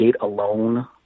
alone